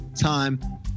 time